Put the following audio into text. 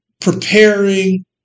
preparing